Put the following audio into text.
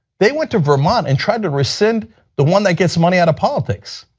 they went to vermont and tried to rescind the one that gets money out of politics.